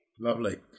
Lovely